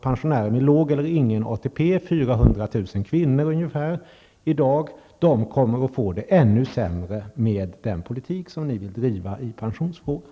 Pensionärer med låg eller ingen ATP -- det rör sig i dag om ungefär 400 000 kvinnor -- kommer att få det ännu sämre med den politik som ni vill driva i pensionsfrågan.